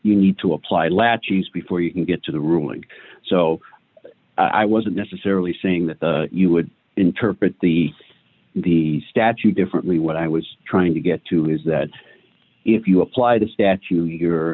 you need to apply latches before you can get to the ruling so i wasn't necessarily saying that you would interpret the statute differently what i was trying to get to is that if you apply the statue your